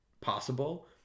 possible